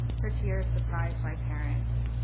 her tears surprised my parents.